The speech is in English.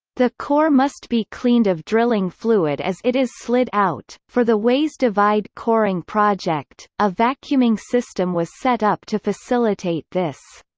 the core must be cleaned of drilling fluid as it is slid out for the wais divide coring project, a vacuuming system was set up to facilitate this.